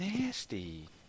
nasty